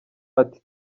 ati